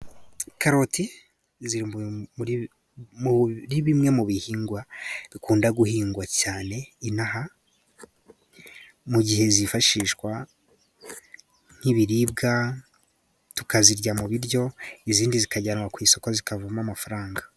Karoti ziri muri bimwe mu bihingwa bikunda guhingwa cyane inaha, mu gihe zifashishwa nk'ibiribwa, tukazirya mu biryo, izindi zikajyanwa ku isoko zikavamo amafaranga.